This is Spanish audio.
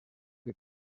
que